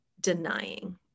denying